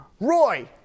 Roy